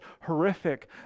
horrific